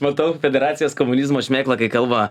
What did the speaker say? matau federacijos komunizmo šmėklą kai kalba